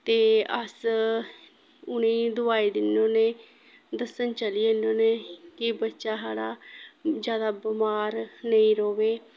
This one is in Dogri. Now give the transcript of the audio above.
ते अस उ'नेंगी दवाई दिन्ने होन्ने दस्सन चली जन्ने होन्ने कि बच्चा साढ़ा जादा बमार नेईं रवै